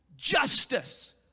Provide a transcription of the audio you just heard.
justice